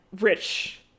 rich